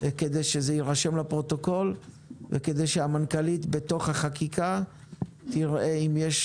כדי שזה יירשם בפרוטוקול וכדי שהמנכ"לית בתוך החקיקה תראה אם יש